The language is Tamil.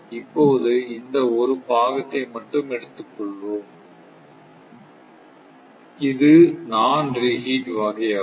இப்போது இந்த ஒரு பாகத்தை மட்டும் எடுத்டுக்க கொள்வோம் இது நான் ரிஹீட் வகை ஆகும்